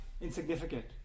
insignificant